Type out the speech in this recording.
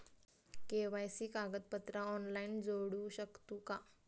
KYC कागदपत्रा online जोडू शकतू का?